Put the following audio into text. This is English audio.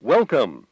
Welcome